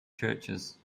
churches